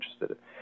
interested